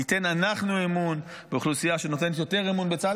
ניתן אנחנו אמון באוכלוסייה שנותנת יותר אמון בצה"ל.